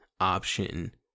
option